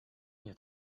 nie